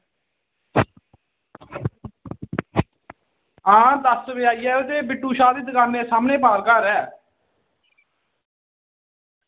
आं दस्स बजे आई जायो ते बिट्टु शाह दी दुकान दे सामनै घर ऐ